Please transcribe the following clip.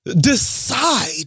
decide